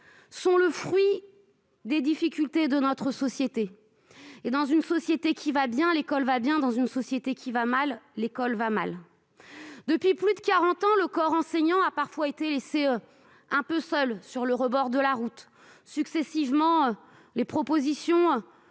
sont le fruit des difficultés de notre société. Dans une société qui va bien, l'école va bien ; dans une société qui va mal, l'école va mal. Depuis plus de quarante ans, le corps enseignant a parfois été laissé un peu seul sur le bord de la route. Les propositions